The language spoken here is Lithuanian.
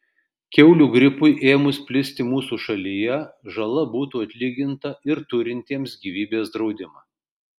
kiaulių gripui ėmus plisti mūsų šalyje žala būtų atlyginta ir turintiems gyvybės draudimą